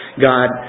God